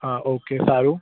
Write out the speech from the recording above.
હા ઓકે સારું